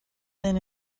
been